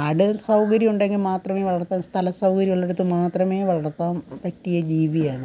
ആട് സൗകര്യമുണ്ടെങ്കിൽ മാത്രമേ വളർത്താൻ സ്ഥലസൗകര്യമുള്ളിടത്ത് മാത്രമേ വളർത്താൻ പറ്റിയ ജീവിയാണ്